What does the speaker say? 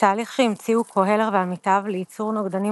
התהליך שהמציאו קוהלר ועמיתיו ליצור נוגדנים